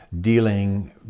dealing